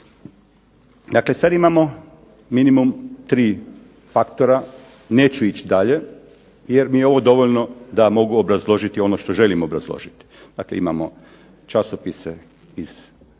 Dakle, sad imamo minimum tri faktora. Neću ići dalje jer mi je ovo dovoljno da mogu obrazložiti ono što želim obrazložiti. Dakle, imamo časopise iz